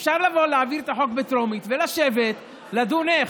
אפשר להעביר את החוק בטרומית ולשבת לדון איך.